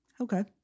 okay